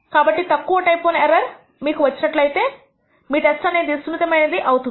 కాబట్టి తక్కువ type I error మీకు వచ్చినట్లయితే మీ టెస్ట్ అనేది సున్నితమైన అయినది అవుతుంది